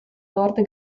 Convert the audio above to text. lord